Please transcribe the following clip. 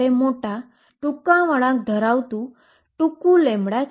જે wave function જેવું જ દેખાય છે